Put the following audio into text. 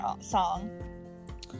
song